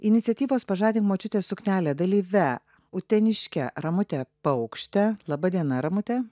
iniciatyvos pažadink močiutės suknelę dalyve uteniške ramute paukšte laba diena ramute